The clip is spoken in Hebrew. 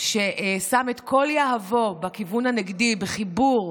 ששם את כל יהבו בכיוון הנגדי, בחיבור,